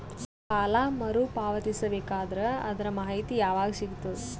ಸಾಲ ಮರು ಪಾವತಿಸಬೇಕಾದರ ಅದರ್ ಮಾಹಿತಿ ಯವಾಗ ಸಿಗತದ?